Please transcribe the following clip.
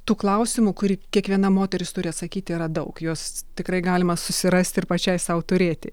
tų klausimų kur kiekviena moteris turi atsakyti yra daug jos tikrai galima susirasti ir pačiai sau turėti